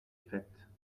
faite